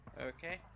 Okay